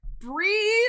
breathe